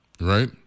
Right